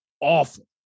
Awful